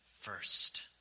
first